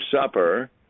supper